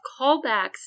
callbacks